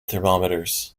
thermometers